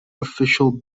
official